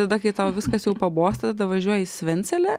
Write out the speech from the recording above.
tada kai tau viskas jau pabosta tai tada važiuoji į svencelę